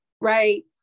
right